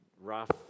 rough